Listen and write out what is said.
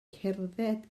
cerdded